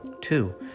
Two